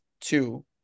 two